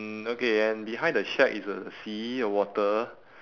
okay and behind the shack is a sea the water